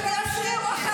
אתה גבר.